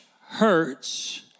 hurts